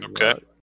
okay